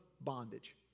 bondage